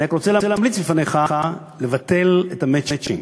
אני רק רוצה להמליץ לפניך לבטל את המצ'ינג.